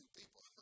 people